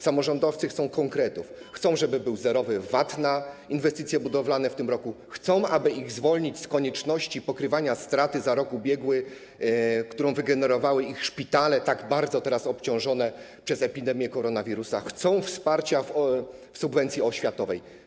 Samorządowcy chcą konkretów, chcą, żeby był zerowy VAT na inwestycje budowlane w tym roku, chcą, aby ich zwolnić z konieczności pokrywania straty za rok ubiegły, którą wygenerowały ich szpitale, tak bardzo teraz obciążone przez epidemię koronawirusa, chcą wsparcia z subwencji oświatowej.